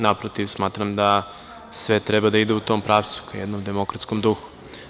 Naprotiv, smatram da sve treba da ide u tom pravcu, ka jednom demokratskom duhu.